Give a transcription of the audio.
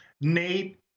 Nate